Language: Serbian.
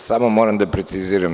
Samo moram da preciziram.